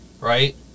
right